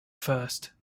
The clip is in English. first